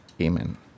Amen